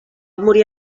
morir